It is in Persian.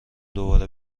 دوباره